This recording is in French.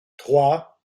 trois